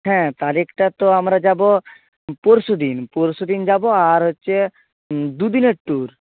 হ্যাঁ তারিখটা তো আমরা যাবো পরশু দিন পরশু দিন যাবো আর হচ্ছে দু দিনের ট্যুর